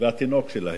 והתינוק שלהם.